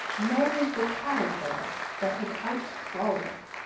many are the caterpillars that have outcrawled it.